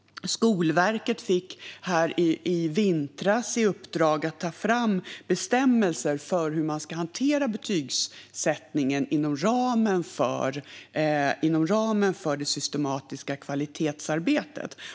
Dessutom fick Skolverket i vintras i uppdrag att ta fram bestämmelser för hur man ska hantera betygsättningen inom ramen för det systematiska kvalitetsarbetet.